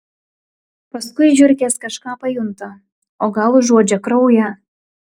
paskui žiurkės kažką pajunta o gal užuodžia kraują